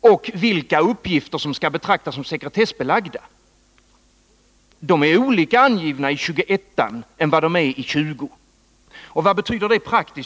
och definitionen av vilka uppgifter som skall betraktas som sekretessbelagda är annorlunda angivna i 21§ än i 208. Vad betyder det praktiskt?